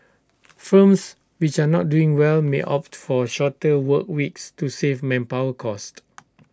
firms which are not doing well may opt for shorter work weeks to save manpower costs